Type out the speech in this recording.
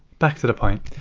back to the point.